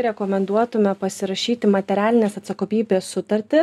rekomenduotume pasirašyti materialinės atsakomybės sutartį